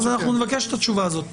אנחנו נבקש את התשובה הזאת.